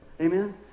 Amen